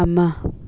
ꯑꯃ